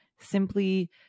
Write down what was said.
simply